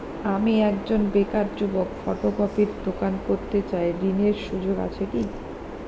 আমি একজন বেকার যুবক ফটোকপির দোকান করতে চাই ঋণের সুযোগ আছে কি?